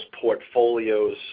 portfolios